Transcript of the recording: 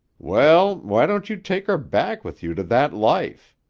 well, why don't you take her back with you to that life?